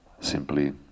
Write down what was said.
simply